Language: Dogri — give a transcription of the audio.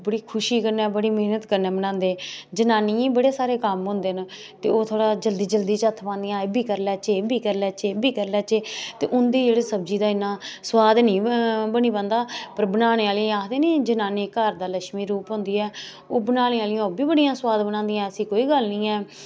बड़ी खुशी कन्नै बड़ी मेह्नत कन्नै बनांदे जनानियें गी बड़े सारे कम्म होंदे न ते ओह् थोह्ड़ा जल्दी जल्दी च हत्थ पांदियां एह् बी करी लैचै एह् बी करी लैचै एह् बी करी लैचै ते उं'दी जेह्ड़ी सब्जी दा इन्ना सुआद ऐनी बनी पांदा पर बनाने आह्ले गी आखदे नी जनानी घर दा लक्ष्मी रूप होंदी ओह् बनानें आह्लियां ओह बड़ियां सुआद बनांदियां ऐसी कोई गल्ल निं ऐ